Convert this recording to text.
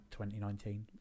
2019